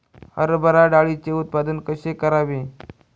हरभरा डाळीचे उत्पादन कसे करावे?